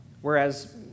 Whereas